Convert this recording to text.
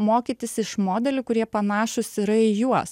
mokytis iš modelių kurie panašūs yra į juos